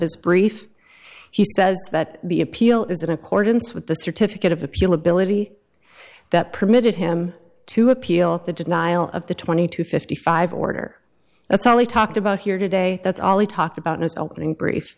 his brief he says that the appeal is in accordance with the certificate of appeal ability that permitted him to appeal the denial of the twenty to fifty five order that's only talked about here today that's all he talked about in his opening brief